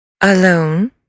Alone